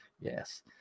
Yes